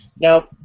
Now